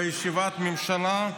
בישיבת הממשלה,